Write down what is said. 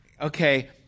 Okay